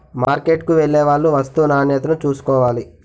మార్కెట్కు వెళ్లేవాళ్లు వస్తూ నాణ్యతను చూసుకోవాలి